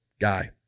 guy